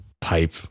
pipe